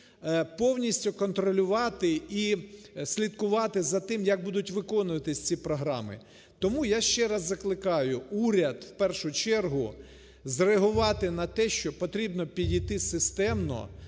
повністю контролювати і слідкувати за тим, як будуть виконуватися ці програми. Тому я ще раз закликаю уряд, в першу чергу, зреагувати на те, що потрібно підійти системно